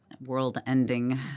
world-ending